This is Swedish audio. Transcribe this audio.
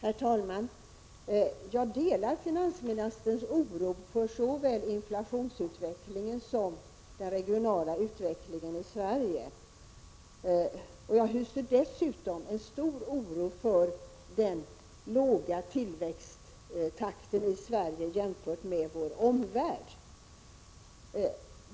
Herr talman! Jag delar finansministerns oro för såväl inflationsutvecklingen som den regionala utvecklingen i Sverige. Jag hyser dessutom stor oro för den låga tillväxttakten i Sverige jämfört med den i vår omvärld.